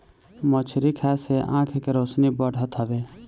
मछरी खाए से आँख के रौशनी बढ़त हवे